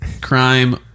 crime